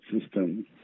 system